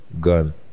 gun